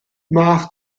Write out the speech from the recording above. math